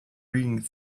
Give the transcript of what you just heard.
reading